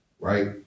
right